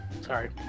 Sorry